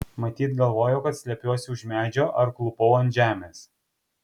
matyt galvojo kad slepiuosi už medžio ar klūpau ant žemės